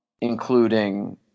including